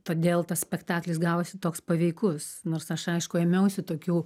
todėl tas spektaklis gavosi toks paveikus nors aš aišku ėmiausi tokių